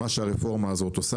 מה שהרפורמה הזאת עושה,